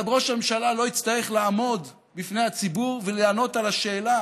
וראש הממשלה לא יצטרך לעמוד בפני הציבור ולענות על השאלה